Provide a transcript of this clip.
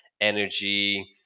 energy